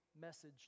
message